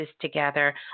together